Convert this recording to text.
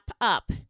up